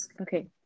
Okay